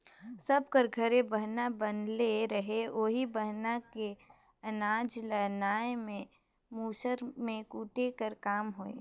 सब कर घरे बहना बनले रहें ओही बहना मे अनाज ल नाए के मूसर मे कूटे कर काम होए